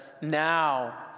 now